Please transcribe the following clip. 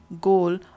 goal